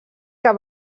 que